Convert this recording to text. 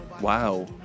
Wow